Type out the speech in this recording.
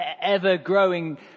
ever-growing